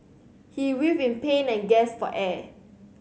he writhed in pain and gasped for air